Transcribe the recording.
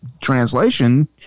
translation